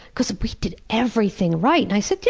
because we did everything right! i said, yeah,